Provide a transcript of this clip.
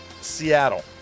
Seattle